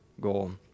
goal